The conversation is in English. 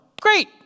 great